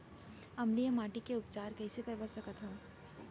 अम्लीय माटी के उपचार कइसे करवा सकत हव?